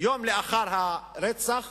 יום לאחר הרצח